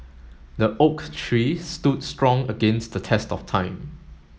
the oak tree stood strong against the test of time